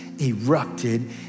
erupted